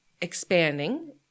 expanding